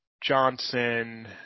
Johnson –